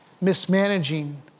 mismanaging